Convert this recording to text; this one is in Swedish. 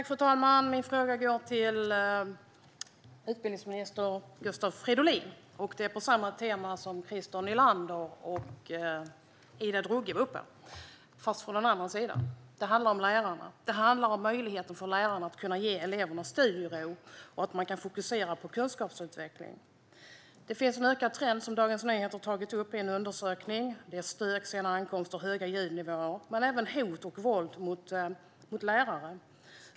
Fru talman! Min fråga är till utbildningsminister Gustav Fridolin och är på samma tema som Christer Nylander och Ida Drougge tog upp, dock från en annan sida. Den handlar om lärarna. Den handlar om möjligheterna för lärarna att ge eleverna studiero och fokusera på kunskapsutveckling. Det finns en ökande trend som Dagens Nyheter har tagit upp i en undersökning: stök, sena ankomster och höga ljudnivåer men även hot och våld mot lärare.